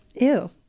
Ew